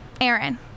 Aaron